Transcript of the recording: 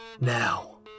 now